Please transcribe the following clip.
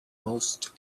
most